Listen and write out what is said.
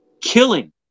killing